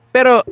Pero